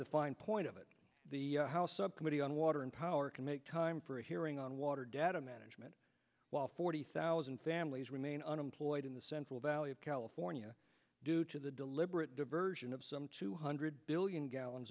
the fine point of it the house subcommittee on water and power can make time for it here bring on water data management while forty thousand families remain unemployed in the central valley of california due to the deliberate diversion of some two hundred billion gallons